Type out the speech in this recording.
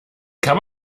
kann